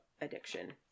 addiction